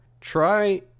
try